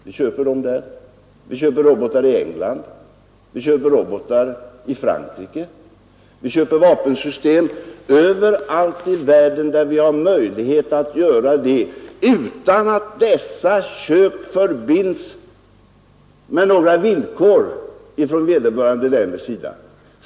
Vi köper dem där. Vi köper robotar i England, vi köper robotar i Frankrike, vi köper vapensystem överallt där vi har möjlighet att göra det utan att dessa köp förbinds med några villkor ifrån vederbörande länders sida.